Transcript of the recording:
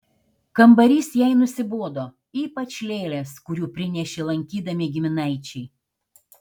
kambarys jai nusibodo ypač lėlės kurių prinešė lankydami giminaičiai